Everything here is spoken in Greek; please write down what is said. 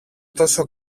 τόσο